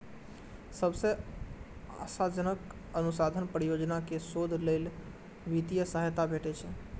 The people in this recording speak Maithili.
सबसं आशाजनक अनुसंधान परियोजना कें शोध लेल वित्तीय सहायता भेटै छै